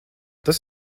tas